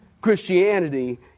Christianity